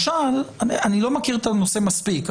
אני לא מכיר את הנושא מספיק,